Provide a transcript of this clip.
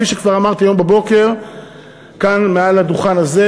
כפי שכבר אמרתי היום בבוקר כאן מעל הדוכן הזה,